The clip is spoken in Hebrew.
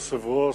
כבוד היושב-ראש,